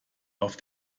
auf